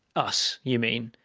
us, you mean,